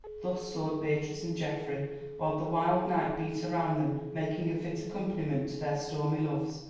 thus soared beatrice and geoffrey while the wild night beat around them, making a fit accompaniment to their stormy loves.